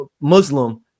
Muslim